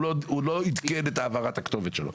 הוא לא עדכן את העברת הכתובת שלו,